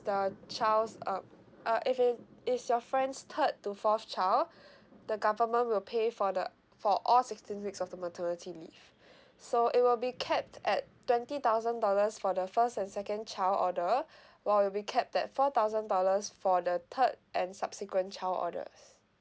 the child's uh uh if it's your friend's third to fourth child the government will pay for the for all sixteen weeks of the maternity leave so it will be capped at twenty thousand dollars for the first and second child order while it'll be capped at four thousand dollars for the third and subsequent child orders